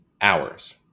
hours